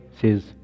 says